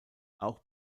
auch